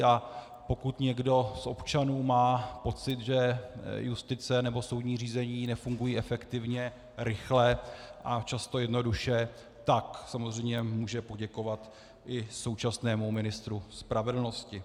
A pokud někdo z občanů má pocit, že justice nebo soudní řízení nefungují efektivně, rychle a často jednoduše, tak samozřejmě může poděkovat i současnému ministru spravedlnosti.